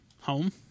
home